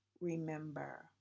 remember